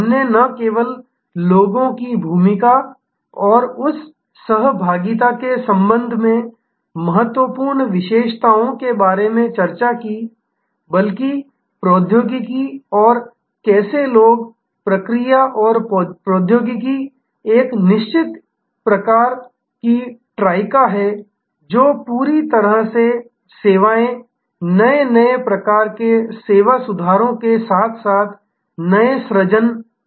हमने न केवल लोगों की भूमिका और उस सहभागिता के संबंध में महत्वपूर्ण विशेषताओं के बारे में चर्चा की बल्कि प्रौद्योगिकी और कैसे लोग प्रक्रिया और प्रौद्योगिकी एक निश्चित प्रकार की ट्राइका है जो पूरी तरह से सेवाएं नए नए प्रकार के सेवा सुधारों के साथ साथ नए सृजन कर रहे हैं